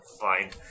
Fine